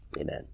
amen